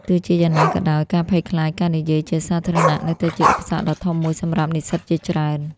ទោះជាយ៉ាងណាក៏ដោយ ការភ័យខ្លាចការនិយាយជាសាធារណៈនៅតែជាឧបសគ្គដ៏ធំមួយសម្រាប់និស្សិតជាច្រើន។